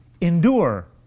endure